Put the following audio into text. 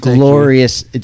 Glorious